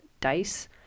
dice